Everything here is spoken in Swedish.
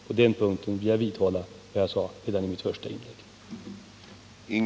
På den punkten vill jag vidhålla vad jag sade redan i mitt första inlägg.